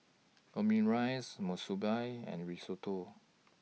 Omurice Monsunabe and Risotto